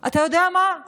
אתה יודע מה?